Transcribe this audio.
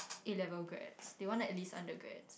A level grads they want at least undergrads